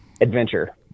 adventure